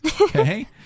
okay